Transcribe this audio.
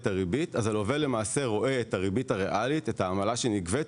והריבית הלווה רואה את הריבית הריאלית ואת העמלה שנגבית.